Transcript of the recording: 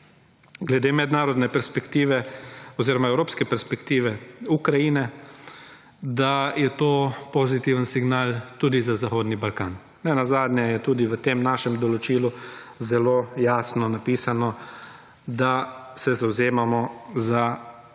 glede mednarodne perspektive oziroma evropske perspektive Ukrajine, da je to pozitiven signal tudi za Zahodni Balkan. Nenazadnje je tudi v tem našem določilu zelo jasno napisano, da se zavzemamo za cilj